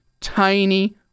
tiny